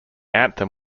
anthem